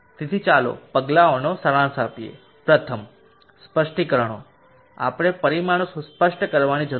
તેથી ચાલો પગલાઓનો સારાંશ આપીએ પ્રથમ સ્પષ્ટીકરણો આપણે પરિમાણો સ્પષ્ટ કરવાની જરૂર છે